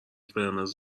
قرمز